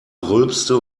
rülpste